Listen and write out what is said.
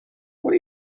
what